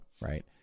right